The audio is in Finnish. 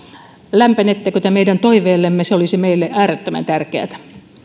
lämpenettekö te meidän toiveellemme se olisi meille äärettömän tärkeätä